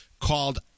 called